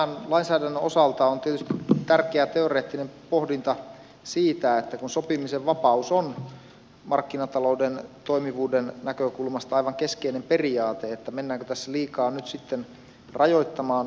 tämän lainsäädännön osalta on tietysti tärkeää teoreettinen pohdinta siitä kun sopimisen vapaus on markkinatalouden toimivuuden näkökulmasta aivan keskeinen periaate mennäänkö tässä liikaa nyt sitten rajoittamaan sopimisen vapautta